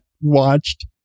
watched